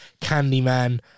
Candyman